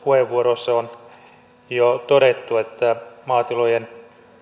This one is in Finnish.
puheenvuoroissa on jo todettu että maatilojen